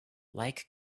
like